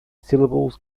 syllables